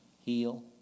heal